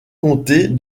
compter